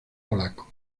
polacos